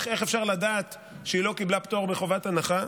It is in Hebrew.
איך אפשר לדעת שהיא לא קיבלה פטור מחובת הנחה?